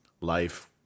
life